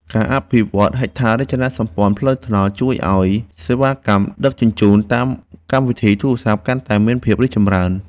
ការអភិវឌ្ឍហេដ្ឋារចនាសម្ព័ន្ធផ្លូវថ្នល់ជួយឱ្យសេវាកម្មដឹកជញ្ជូនតាមកម្មវិធីទូរស័ព្ទកាន់តែមានភាពរីកចម្រើន។